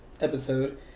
episode